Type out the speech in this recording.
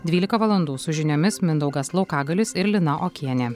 dvylika valandų su žiniomis mindaugas laukagalius ir lina okienė